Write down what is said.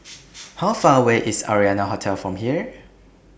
How Far away IS Arianna Hotel from here